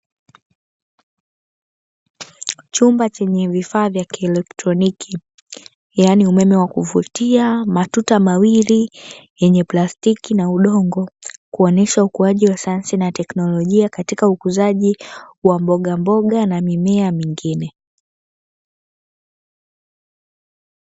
Chumba chenye vifaa vya kieletroniki, yaani umeme wa kuvutia matuta mawili yenye plastiki na udongo, kuonyesha ukuaji wa sayansi na tekinolojia katika ukuzaji wa mbogamboga na mimea mingine.